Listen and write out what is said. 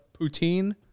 poutine